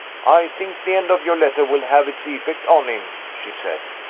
i think the end of your letter will have its effect on him, she said.